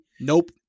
Nope